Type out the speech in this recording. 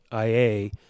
IA